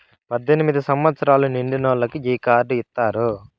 పద్దెనిమిది సంవచ్చరాలు నిండినోళ్ళకి ఈ కార్డు ఇత్తారు